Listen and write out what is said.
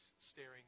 staring